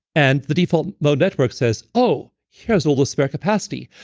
and the default mode network says, oh, here's all the spare capacity.